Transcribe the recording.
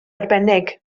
arbennig